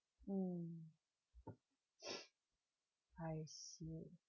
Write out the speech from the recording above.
mm I see